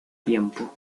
tiempo